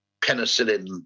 penicillin